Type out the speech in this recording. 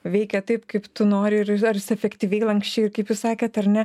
veikia taip kaip tu nori ir ir ar jis efektyviai lanksčiai kaip jūs sakėt ar ne